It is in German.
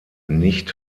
nicht